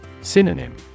Synonym